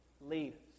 leaders